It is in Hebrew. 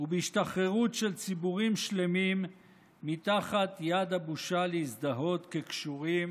ובהשתחררות של ציבורים שלמים מתחת יד הבושה להזדהות כקשורים